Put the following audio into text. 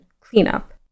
Cleanup